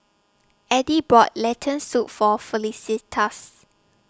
Addie bought Lentil Soup For Felicitas